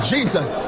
Jesus